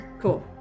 Cool